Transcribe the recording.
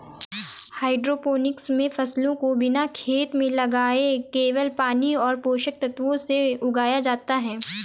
hydroponics मे फसलों को बिना खेत में लगाए केवल पानी और पोषक तत्वों से उगाया जाता है